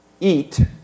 Eat